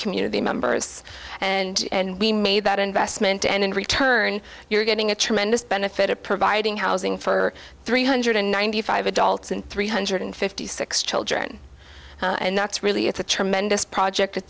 community members and we made that investment and in return you're getting a tremendous benefit of providing housing for three hundred ninety five adults and three hundred fifty six children and that's really it's a tremendous project